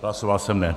Hlasoval jsem ne.